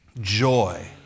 joy